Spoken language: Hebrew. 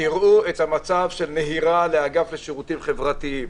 תראו את המצב של נהירה לאגף לשירותים חברתיים.